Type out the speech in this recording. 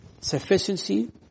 sufficiency